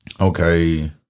okay